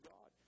God